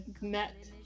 met